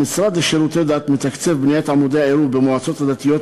המשרד לשירותי דת מתקצב בניית עמודי העירוב במועצות הדתיות,